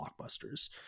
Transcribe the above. blockbusters